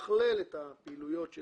שמתכלל את הפעילויות של